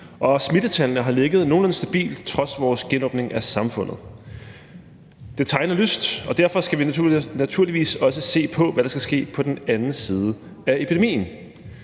Og smittetallene har ligget nogenlunde stabilt trods vores genåbning af samfundet. Det tegner lyst, og derfor skal vi naturligvis også se på, hvad der skal ske på den anden side af epidemien.